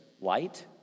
light